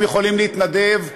הם יכולים להתנדב בכפר,